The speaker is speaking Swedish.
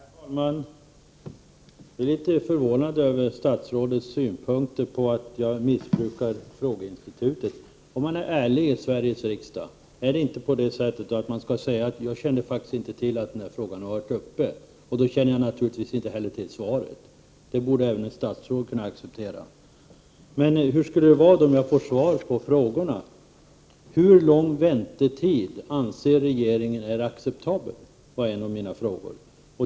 Herr talman! Jag blir litet förvånad över statsrådets åsikt att jag skulle missbruka frågeinstitutet. Man skall väl vara ärlig i Sveriges riksdag, och om jaginte kände till att denna fråga varit uppe till diskussion tidigare, kände jag naturligtvis inte heller till svaret. Detta borde även ett statsråd kunna acceptera. Hur skulle det vara om jag kunde få svar på frågorna? Hur lång väntetid anser regeringen är acceptabel? Det var en av mina frågor.